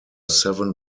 seven